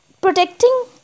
protecting